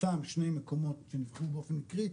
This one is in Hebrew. סתם שני מקומות שנלקחו באופן מקרי,